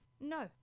No